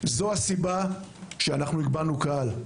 הסיבה שהגבלנו קהל.